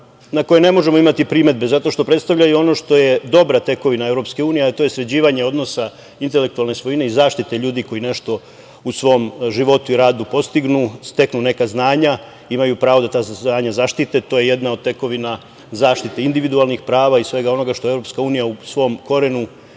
na koje ne možemo imati primedbe, zato što predstavljaju ono što je dobra tekovina EU, a to je sređivanje odnosa intelektualne svojine i zaštite ljudi koji nešto u svom životu i radu postignu, steknu neka znanja, imaju pravo da ta saznanja zaštite, to je jedna od tekovina zaštite individualnih prava i svega onoga što je EU u svom korenu